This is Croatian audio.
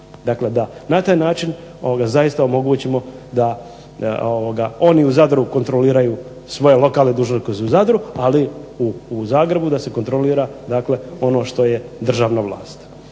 Dakle da na taj način zaista omogućimo da oni u Zadru kontroliraju svoje lokalne …/Ne razumije se./… koji su u Zadru, ali u Zagrebu da se kontrolira dakle ono što je državna vlast.